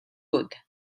wood